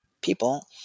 people